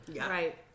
Right